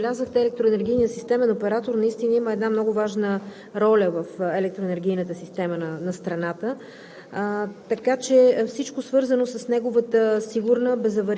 Уважаеми господин Бойчев, както Вие правилно отбелязахте, Електроенергийният системен оператор наистина има една много важна роля в електроенергийната система на страната,